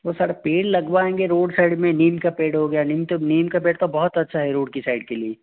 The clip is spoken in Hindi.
वह सारे पेड़ लगवाएंगे रोड़ साइड में नीम का पेड़ हो गया नीम तो नीम का पेड़ तो बहुत अच्छा है रोड़ की साइड के लिए